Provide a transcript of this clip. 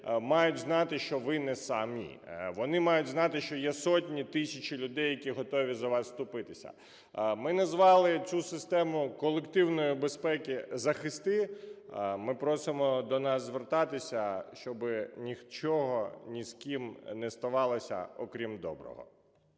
мають знати, що ви не самі, вони мають знати, що є сотні тисяч людей, які готові за вас вступитися. Ми назвали цю систему колективної безпеки "Захисти", ми просимо до нас звертатися, щоби нічого ні з ким не ставалося, окрім доброго.